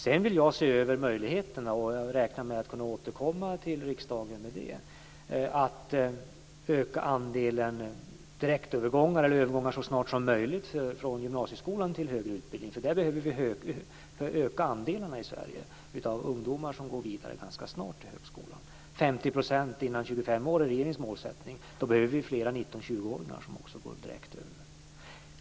Sedan vill jag se över möjligheterna, och det räknar jag med att återkomma till riksdagen med, att öka andelen direktövergångar eller övergångar så snart som möjligt från gymnasieskolan till högre utbildning. Vi behöver öka andelen ungdomar i Sverige som ganska snart går vidare till högskolan. 50 % innan 25 år är regeringens målsättning, och då behöver vi också flera 19-20-åringar som går direkt över till högskolan.